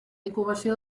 incubació